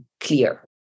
clear